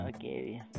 Okay